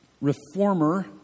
reformer